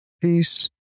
Peace